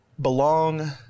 belong